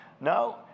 No